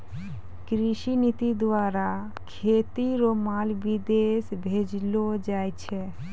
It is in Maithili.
कृषि नीति द्वारा खेती रो माल विदेश भेजलो जाय छै